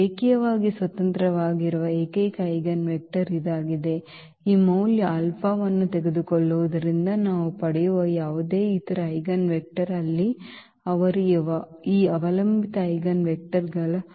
ರೇಖೀಯವಾಗಿ ಸ್ವತಂತ್ರವಾಗಿರುವ ಏಕೈಕ ಐಜೆನ್ವೆಕ್ಟರ್ ಇದಾಗಿದೆ ಈ ಮೌಲ್ಯ ಆಲ್ಫಾವನ್ನು ತೆಗೆದುಕೊಳ್ಳುವುದರಿಂದ ನಾವು ಪಡೆಯುವ ಯಾವುದೇ ಇತರ ಐಜೆನ್ವೆಕ್ಟರ್ ಅಲ್ಲಿ ಅವರು ಈ ಅವಲಂಬಿತ ಐಜೆನ್ವೆಕ್ಟರ್ ಗಳಾಗಿದ್ದಾರೆ